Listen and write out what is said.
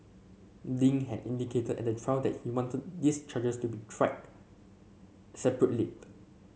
Ding had indicated at the trial that he wanted these charges to be tried separately